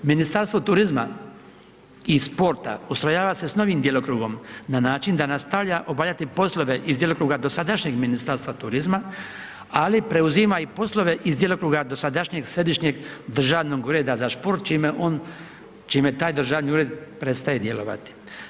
Ministarstvo turizma i sporta ustrojava se s novim djelokrugom na način da nastavlja obavljati poslove iz djelokruga dosadašnjeg Ministarstva turizma ali preuzima i poslove iz djelokruga dosadašnjeg Središnjeg državnog ureda za šport čime taj državni ured prestaje djelovati.